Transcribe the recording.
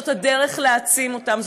זאת הדרך להעצים אותן,